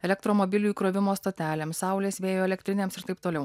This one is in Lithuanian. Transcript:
elektromobilių įkrovimo stotelėms saulės vėjo elektrinėms ir taip toliau